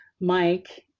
Mike